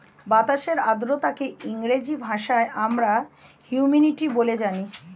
বাতাসের আর্দ্রতাকে ইংরেজি ভাষায় আমরা হিউমিডিটি বলে জানি